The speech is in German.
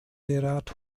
derart